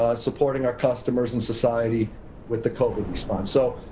ah supporting our customers and society with the covid response. so.